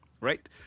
Right